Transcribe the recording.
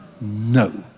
No